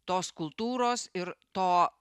tos kultūros ir to